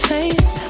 Face